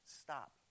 stop